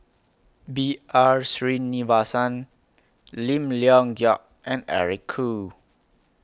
B R Sreenivasan Lim Leong Geok and Eric Khoo